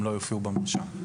הם לא יופיעו במרשם.